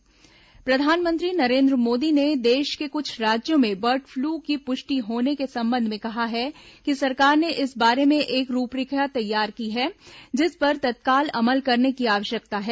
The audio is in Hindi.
प्रधानमंत्री बर्ड फ्लू प्रधानमंत्री नरेन्द्र मोदी ने देश के कुछ राज्यों में बर्ड फ्लू की पुष्टि होने के संबंध में कहा है कि सरकार ने इस बारे में एक रूपरेखा तैयार की है जिस पर तत्काल अमल करने की आवध्यकता है